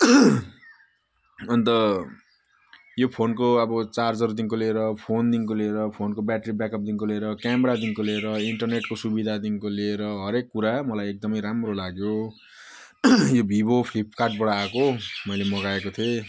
अन्त यो फोनको अब चार्जरदेखिको लिएर फोनदेखिको लिएर फोनको ब्याट्री ब्याकअपदेखिको लिएर क्यामरादेखिनको लिएर इन्टरनेटको सुविधादेखिको लिएर हरेक कुरा मलाई एकदमै राम्रो लाग्यो यो विभो फ्लिपकार्डबाट आएको मैले मगाएको थिएँ